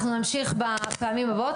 אנחנו נמשיך בפעמים הבאות.